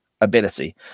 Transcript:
ability